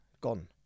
gone